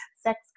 Sex